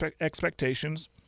expectations